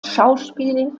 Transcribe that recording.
schauspiel